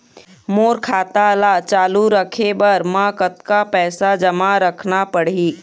मोर खाता ला चालू रखे बर म कतका पैसा जमा रखना पड़ही?